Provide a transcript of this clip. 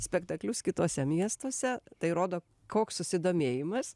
spektaklius kituose miestuose tai rodo koks susidomėjimas